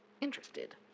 interested